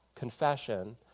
confession